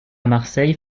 marseille